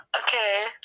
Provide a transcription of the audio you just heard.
Okay